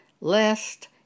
lest